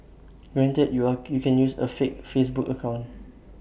granted you are you can use A fake Facebook account